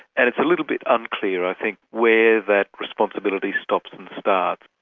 and it's a little bit unclear i think where that responsibility stops and starts.